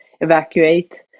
evacuate